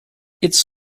its